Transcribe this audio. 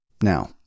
Now